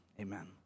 Amen